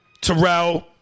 Terrell